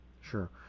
Sure